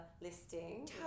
listing